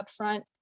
upfront